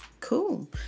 Cool